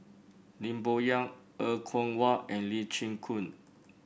Lim Bo Yam Er Kwong Wah and Lee Chin Koon